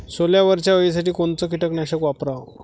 सोल्यावरच्या अळीसाठी कोनतं कीटकनाशक वापराव?